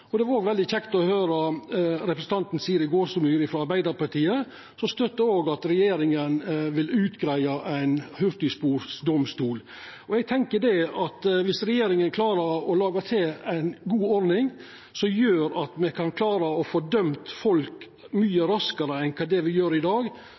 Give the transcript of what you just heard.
hurtigdomstol. Det var òg veldig kjekt å høyra representanten Siri Gåsemyr Staalesen frå Arbeidarpartiet, som òg støttar at regjeringa vil utgreia hurtigdomstol. Eg tenkjer at dersom regjeringa klarer å laga til ei god ordning som gjer at me kan klara å få dømd folk